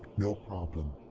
no problem.